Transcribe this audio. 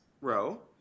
row